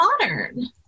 modern